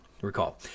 recall